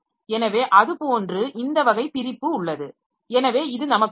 எனவே அதுபோன்று இந்த வகை பிரிப்பு உள்ளது எனவே இது நமக்கு உதவும்